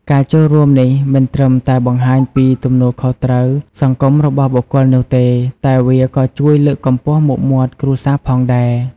ការចូលរួមនេះមិនត្រឹមតែបង្ហាញពីទំនួលខុសត្រូវសង្គមរបស់បុគ្គលនោះទេ តែវាក៏ជួយលើកកម្ពស់មុខមាត់គ្រួសារផងដែរ។